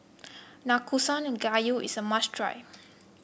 Nanakusa Gayu is a must try